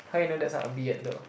how in a desk are bit and though